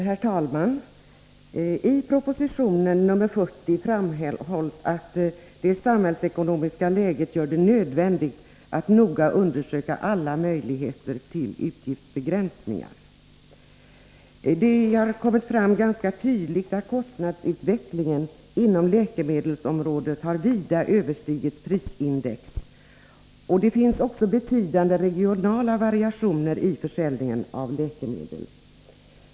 Herr talman! I proposition 40 framhålls att det samhällsekonomiska läget gör det nödvändigt att noga undersöka alla möjligheter till utgiftsbegränsningar. Det har kommit fram ganska tydligt att kostnadsutvecklingen inom läkemedelsområdet vida överstiger prisindex. Det finns också betydande regionala variationer i försäljningen av läkemedel.